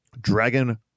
Dragon